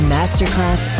Masterclass